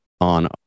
on